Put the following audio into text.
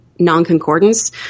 non-concordance